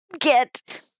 get